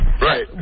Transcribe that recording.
Right